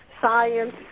science